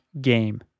game